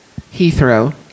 Heathrow